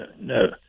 No